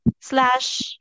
slash